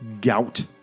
gout